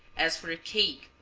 as for a cake,